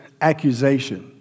accusation